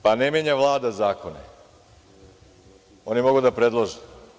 Pa, ne menja Vlada zakone, oni mogu da predlože.